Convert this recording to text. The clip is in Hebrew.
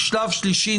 שלב שלישי,